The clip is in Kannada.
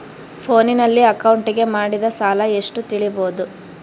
ಫೋನಿನಲ್ಲಿ ಅಕೌಂಟಿಗೆ ಮಾಡಿದ ಸಾಲ ಎಷ್ಟು ತಿಳೇಬೋದ?